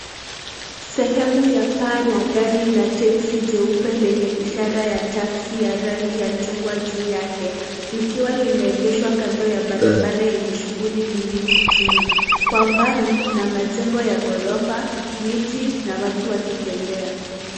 Sehemu ya paa la gari la teksi jeupe lenye ishara ya teksi ya rangi ya chungwa juu yake, likiwa limeengeshwa kando ya barabara yenye shunguli nyingi jijini. Kwa mbali kuna majengo ya ghorofa, miti na watu wakitembea.